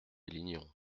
lignon